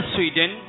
Sweden